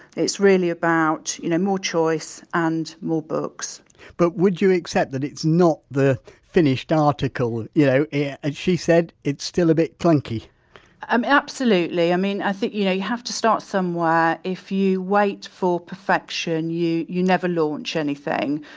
it's really about you know more choice and more books but would you accept that it's not the finished article you know yeah and she said, it's still a bit clunky absolutely! i mean i think you know you have to start somewhere. if you wait for perfection you, you never launch anything,